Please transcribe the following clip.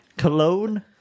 Cologne